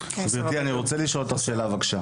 גברתי, אני רוצה לשאול אותך שאלה בבקשה.